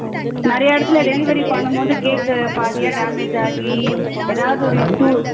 நிறைய இடத்துல டெலிவரி பண்ணும் போது கேக்கு பாதியாக டேமேஜ் ஆகி ஏதாவது ஒரு து